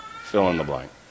fill-in-the-blank